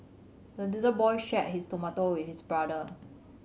the little boy shared his tomato with his brother